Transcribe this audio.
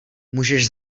můžeš